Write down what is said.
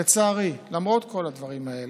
לצערי, למרות כל הדברים האלה,